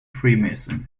freemason